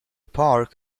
park